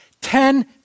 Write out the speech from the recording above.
ten